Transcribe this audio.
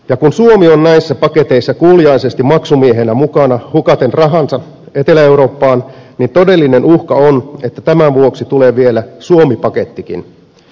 ja kun suomi on näissä paketeissa kuuliaisesti maksumiehenä mukana hukaten rahansa etelä eurooppaan niin todellinen uhka on että tämän vuoksi tulee vielä suomi pakettikin